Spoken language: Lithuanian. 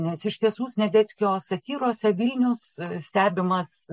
nes iš tiesų sniadeckio satyrose vilnius stebimas